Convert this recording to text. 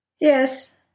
Yes